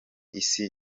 isi